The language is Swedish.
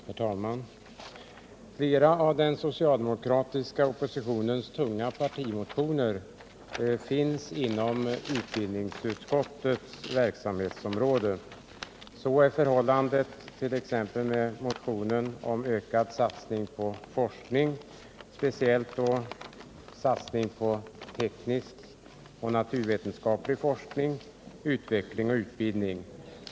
Herr talman! Flera av den socialdemokratiska oppositionens tunga partimotioner finns inom utbildningsutskottets verksamhetsområde. Så är t.ex. förhållandet med motionen om ökad satsning på forskning, speciellt teknisk och naturvetenskaplig forskning, utveckling och utbildning.